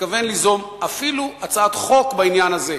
מתכוון ליזום אפילו הצעת חוק בעניין הזה,